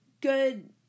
good